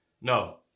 No